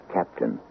Captain